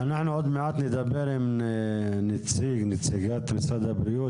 אנחנו עוד מעט נדבר עם נציגת משרד הבריאות,